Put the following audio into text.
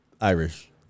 Irish